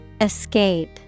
Escape